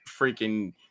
freaking